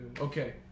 Okay